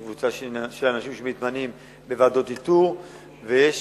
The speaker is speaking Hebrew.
יש קבוצה של אנשים שמתמנים בוועדות איתור ויש